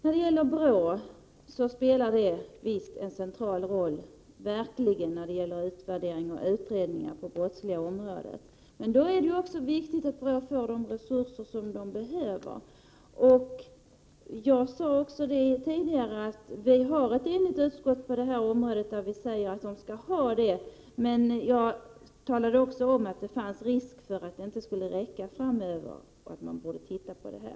Visst spelar BRÅ en verkligt central roll när det gäller utvärdering och utredning på brottsområdet, men då är det ju också viktigt att BRÅ får de resurser man behöver! Jag sade tidigare att utskottet enhälligt säger att BRÅ skall få detta, men jag talade också om att det fanns risk för att medlen inte skulle räcka till framöver och att man borde titta på detta.